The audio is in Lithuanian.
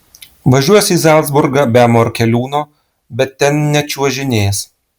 važiuos į zalcburgą be morkeliūno bet ten nečiuožinės